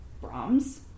Brahms